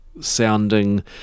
sounding